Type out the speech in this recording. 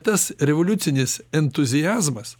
tas revoliucinis entuziazmas